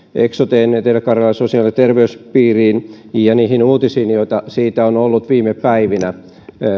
eksoteen etelä karjalan sosiaali ja terveyspiiriin ja niihin uutisiin joita siitä on ollut viime päivinä